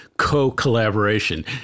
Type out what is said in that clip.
Co-collaboration